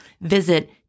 Visit